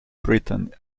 britain